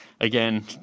Again